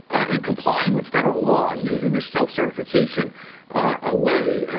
and complying with federal law using this self certification ah way